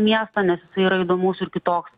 miestą nes jisai yra įdomus ir kitoks